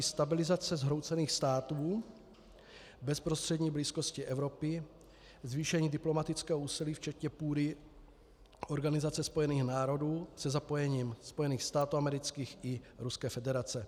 Stabilizace zhroucených států v bezprostřední blízkosti Evropy, zvýšení diplomatického úsilí, včetně půdy Organizace spojených národů, se zapojením Spojených států amerických i Ruské federace.